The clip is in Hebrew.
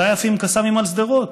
מתי עפים קסאמים על שדרות?